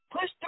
push